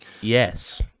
yes